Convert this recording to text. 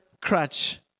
crutch